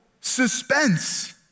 suspense